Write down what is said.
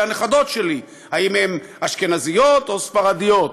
הנכדות שלי: האם הן אשכנזיות או ספרדיות,